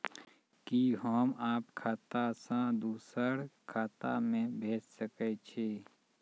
कि होम आप खाता सं दूसर खाता मे भेज सकै छी?